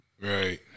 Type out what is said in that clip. Right